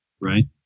Right